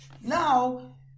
now